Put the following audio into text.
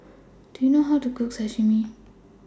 Do YOU know How to Cook Sashimi